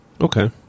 Okay